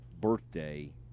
birthday